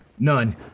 None